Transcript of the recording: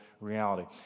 reality